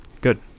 Good